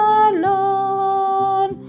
alone